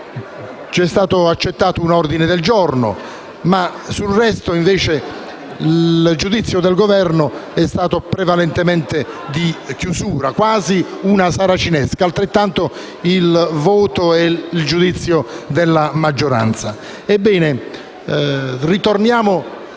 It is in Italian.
È stato accettato un nostro ordine del giorno, ma sul resto, invece, il giudizio del Governo è stato prevalentemente di chiusura, quasi una saracinesca, così come il voto e il giudizio della maggioranza.